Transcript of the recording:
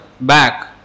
back